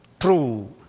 true